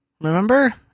Remember